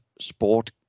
sport